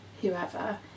Whoever